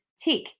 Tick